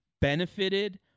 benefited